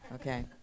Okay